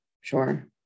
Sure